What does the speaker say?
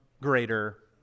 greater